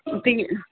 تی